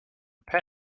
pay